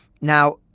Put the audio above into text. Now